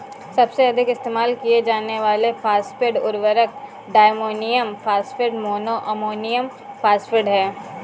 सबसे अधिक इस्तेमाल किए जाने वाले फॉस्फेट उर्वरक diammonium phosphate, mono ammonium phosphate हैं